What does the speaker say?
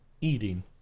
eating